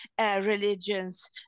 religions